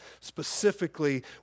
specifically